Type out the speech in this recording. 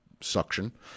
suction